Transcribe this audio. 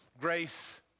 Grace